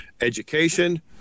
education